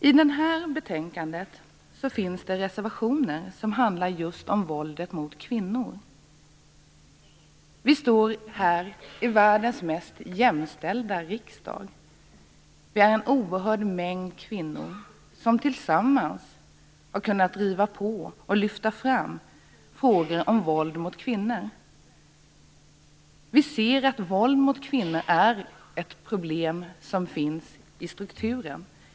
I betänkandet finns det reservationer som handlar om just våldet mot kvinnor. Vi står här i världens mest jämställda riksdag. Vi är en mängd kvinnor som tillsammans har kunnat driva på och lyfta fram frågor om våld mot kvinnor. Vi ser att våld mot kvinnor är ett problem som finns i strukturen.